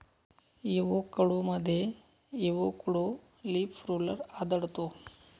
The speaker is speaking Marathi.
एवोकॅडोमध्ये एवोकॅडो लीफ रोलर आढळतो